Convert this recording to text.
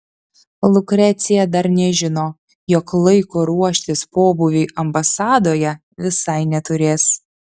lukrecija dar nežino jog laiko ruoštis pobūviui ambasadoje visai neturės